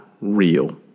real